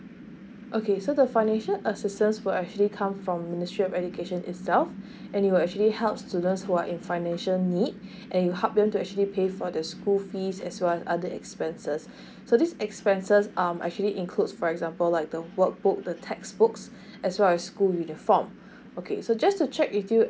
okay so the financial assistance will actually come from ministry of education itself and it will actually help students who are in financial need and will help you to actually pay for the school fees as well other expenses so this expenses um actually includes for example like the workbook the textbooks as well as school uniform okay so just to check with you